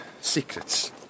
Secrets